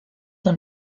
dans